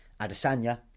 Adesanya